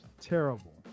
Terrible